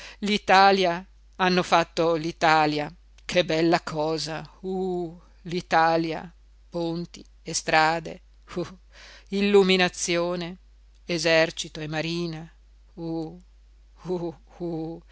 l'italia hanno fatto l'italia che bella cosa uh l'italia ponti e strade uh illuminazione esercito e marina uh uh uh